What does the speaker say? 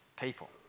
people